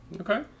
Okay